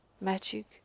magic